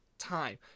time